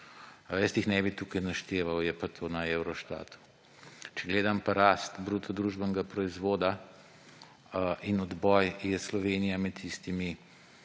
Jaz jih ne bi tukaj našteval, je pa to na Eurostatu. Če gledam pa rast bruto družbenega proizvoda in odboj, je Slovenija med tistimi